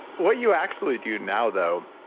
what you actually do now though,